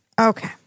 Okay